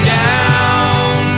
down